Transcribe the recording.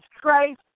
Christ